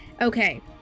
Okay